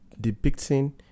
depicting